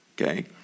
okay